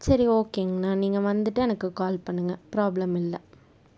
சரி ஓகேங்கண்ணா நீங்கள் வந்துட்டு எனக்கு கால் பண்ணுங்க ப்ராப்ளம் இல்லை